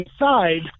inside